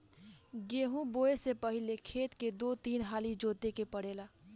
गेंहू बोऐ से पहिले खेत के दू तीन हाली जोते के पड़ेला